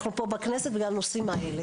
אנחנו פה בכנסת וגם הנושאים האלה.